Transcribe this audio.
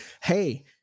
Hey